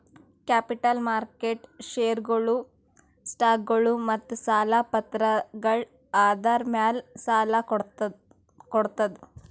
capital market ಷೇರ್ಗೊಳು, ಸ್ಟಾಕ್ಗೊಳು ಮತ್ತ್ ಸಾಲ ಪತ್ರಗಳ್ ಆಧಾರ್ ಮ್ಯಾಲ್ ಸಾಲ ಕೊಡ್ತದ್